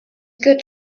good